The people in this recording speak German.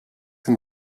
den